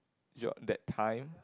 yolk that time